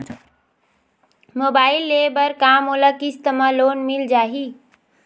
Mobile ले बर का मोला किस्त मा लोन मिल जाही?